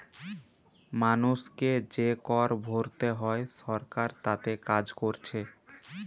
মানুষকে যে কর ভোরতে হয় সরকার তাতে কাজ কোরছে